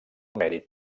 mèrit